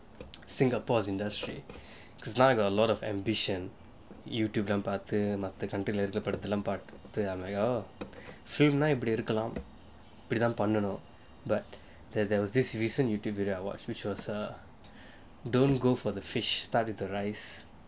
singapore's industry because now we have a lot of ambition YouTube lah பாத்து மத்த படம்:paathu matha padam lah பாத்து நா இப்படி இருக்கலாம் இப்படிதான் பண்ணனும்:pathu na ippadi irukkalaam ippadithaan pannanum but there there was this recent Youtube video I watched which was uh don't go for the fish start with the rise